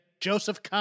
Joseph